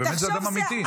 ובאמת זה אדם אמיתי.